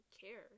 care